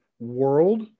World